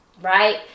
Right